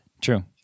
True